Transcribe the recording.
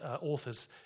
authors